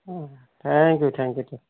অঁ thank you thank you the